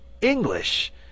english